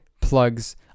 plugs